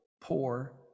poor